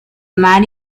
mar